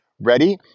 Ready